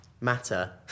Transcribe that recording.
matter